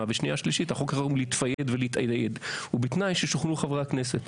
ובשנייה ושלישית החוק ראוי להתפייד ולהתאייד ובתנאי ששוכנעו חברי הכנסת.